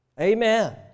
Amen